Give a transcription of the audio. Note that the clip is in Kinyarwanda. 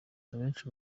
abenshi